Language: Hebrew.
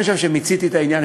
אני חושב שמיציתי את העניין.